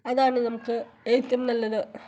അതാണ് നമുക്ക് ഏറ്റവും നല്ലത്